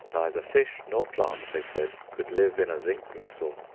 neither fish nor plant, they said, could live in a zinc vessel.